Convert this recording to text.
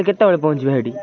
କେତେବେଳେ ପହଞ୍ଚିବା ସେଠି